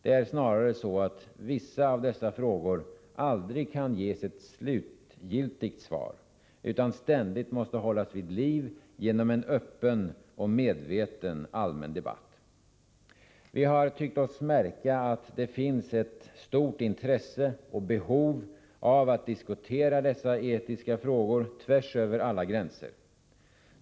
Det är snarare så att vissa av dessa frågor aldrig kan ges ett slutgiltigt svar utan ständigt måste hållas vid liv genom en öppen och medveten allmän debatt. Vi har tyckt oss märka att det finns ett stort intresse och behov av att diskutera dessa etiska frågor tvärs över alla gränser.